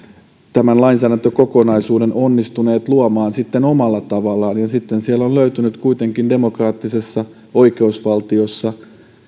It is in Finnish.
lainsäädäntökokonaisuuden onnistuneet luomaan omalla tavallaan ja sitten siellä on löytynyt kuitenkin demokraattisessa oikeusvaltiossa